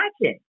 imagine